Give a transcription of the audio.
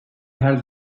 her